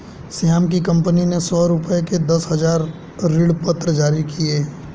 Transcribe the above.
श्याम की कंपनी ने सौ रुपये के दस हजार ऋणपत्र जारी किए